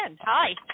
hi